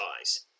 eyes